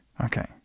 Okay